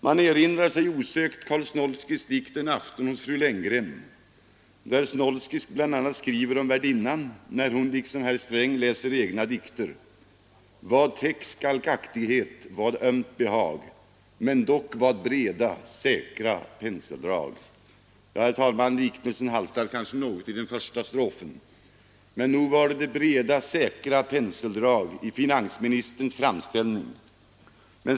Man erinrar sig osökt Carl Snoilskys dikt En afton hos fru Lenngren, där Snoilsky bl.a. skriver om värdinnan, när hon liksom herr Sträng läser egna dikter: ”Vad täck skalkaktighet, vad ömt behag men dock vad breda, säkra penseldrag.” Liknelsen kanske haltar något i första strofen, men nog var det breda, säkra penseldrag i finansministerns framställning.